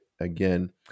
again